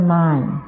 mind